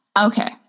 Okay